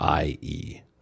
IE